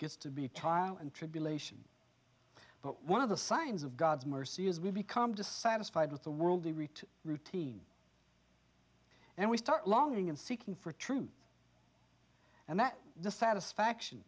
gets to be trial and tribulation but one of the signs of god's mercy is we become dissatisfied with the world the root routine and we start longing and seeking for truth and that the satisfaction